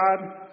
God